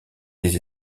des